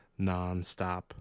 nonstop